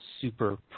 super